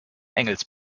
engels